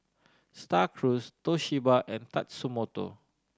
Star Cruise Toshiba and Tatsumoto